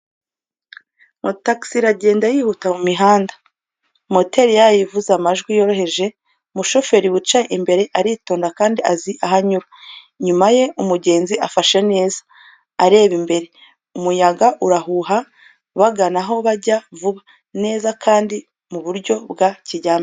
Moto taxi iragenda yihuta mu mihanda, moteri yayo ivuza amajwi yoroheje. Umushoferi wicaye imbere aritonda kandi azi aho anyura. Inyuma ye, umugenzi afashe neza, areba imbere. Umuyaga urahuha, bagana aho bajya vuba, neza, kandi mu buryo bwa kijyambere.